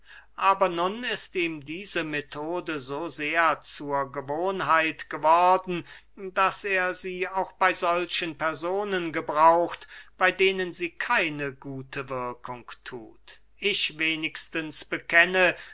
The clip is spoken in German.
aber nun ist ihm diese methode so sehr zur gewohnheit geworden daß er sie auch bey solchen personen gebraucht bey denen sie keine gute wirkung thut ich wenigstens bekenne